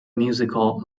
musical